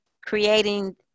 creating